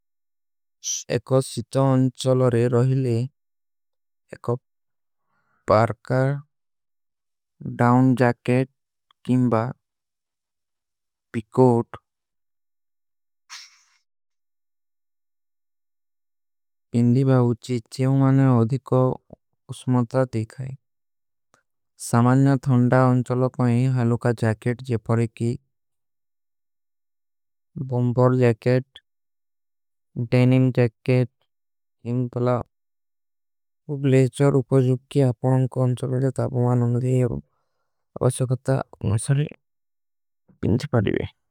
ଏକୋ ସିତା ଅଂଚଲରେ ରହିଲେ ଏକୋ ପାରକାର। ଡାଉନ ଜାକେଟ, କିମବା, ପିକୋଟ, ବିଂଦୀ। ବାଵୁ ଚୀଚ୍ଚେଵ ମାନେ ଅଧିକୋ ଉସମତା ଦିଖାଈ ସାମାନ୍ଯ ଧନ୍ଡା ଅଂଚଲର। ପହୀଂ ହାଲୋ କା ଜାକେଟ ଜେପରେକୀ ବଂପର ଜାକେଟ ଡେନିମ ଜାକେଟ ଇଂପଲା।